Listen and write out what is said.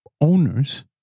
owners